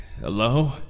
hello